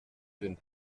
d’une